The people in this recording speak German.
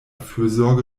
fürsorge